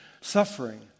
suffering